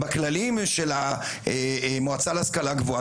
בכללים של המועצה להשכלה גבוהה.